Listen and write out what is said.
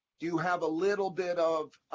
do you have a little bit of,